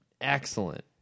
excellent